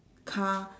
car